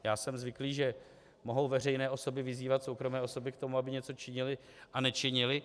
Já jsem zvyklý, že mohou veřejné osoby vyzývat soukromé osoby k tomu, aby něco činily a nečinily.